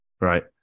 right